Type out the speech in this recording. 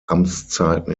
amtszeiten